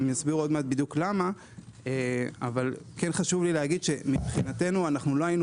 הם יסבירו תכף למה אך חשוב לי לומר שלא היינו